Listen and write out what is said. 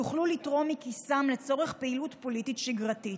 יוכלו לתרום מכיסם לצורך פעילות פוליטית שגרתית,